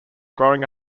growing